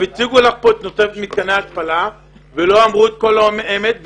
הציגו לך כאן את נושא מתקני ההתפלה ולא אמרו את כל האמת.